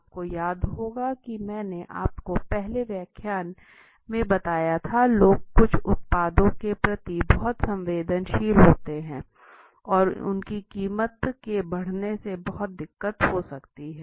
आपको याद होगा की मैंने आपको पहले व्याख्यान में बताया था लोग कुछ उत्पादों के प्रति बहुत संवेदनशील होते हैं और उनकी कीमत के बढ़ने से बहुत दिक्कत हो सकती हैं